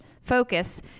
focus